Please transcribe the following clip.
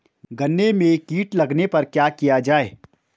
गन्ने में कीट लगने पर क्या किया जाये?